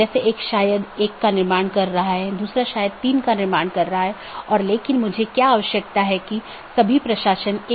2 update message routing जानकारी को BGP साथियों के बीच आदान प्रदान करता है